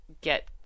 get